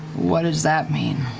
what does that mean?